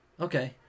Okay